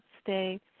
stay